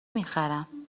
میخرم